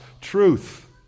truth